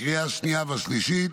לקריאה השנייה והשלישית.